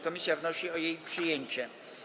Komisja wnosi o jej przyjęcie.